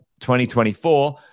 2024